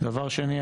דבר שני,